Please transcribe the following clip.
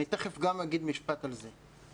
אני תיכף גם אגיד משפט על זה.